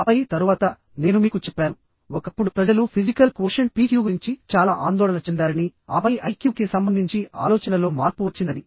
ఆపై తరువాత నేను మీకు చెప్పాను ఒకప్పుడు ప్రజలు ఫిజికల్ క్వోషెంట్ PQ గురించి చాలా ఆందోళన చెందారని ఆపై IQ కి సంబంధించి ఆలోచనలో మార్పు వచ్చిందని